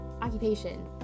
occupation